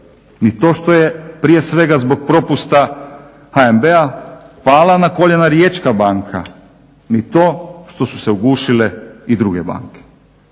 ni to što je prije svega zbog propusta HNB-a pala na koljena Riječka banka, ni to što su se ugušile i druge banke.